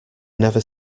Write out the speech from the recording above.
never